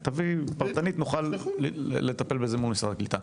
פרטנית נוכל לטפל בזה מול משרד הקליטה.